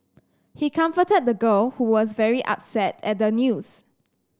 he comforted the girl who was very upset at the news